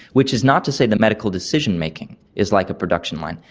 which is not to say that medical decision-making is like a production line.